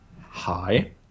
Hi